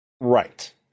Right